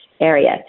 area